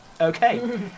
Okay